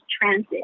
transit